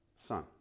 Son